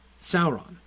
Sauron